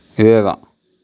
இதுதான்